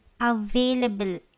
available